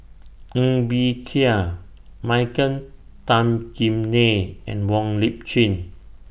Ng Bee Kia Michael Tan Kim Nei and Wong Lip Chin